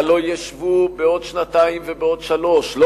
הלוא ישבו בעוד שנתיים ובעוד שלוש שנים,